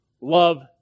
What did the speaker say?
Love